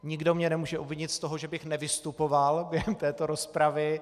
Nikdo mě nemůže obvinit z toho, že bych nevystupoval během této rozpravy.